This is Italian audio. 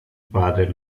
padre